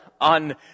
on